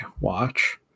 watch